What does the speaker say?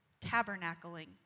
tabernacling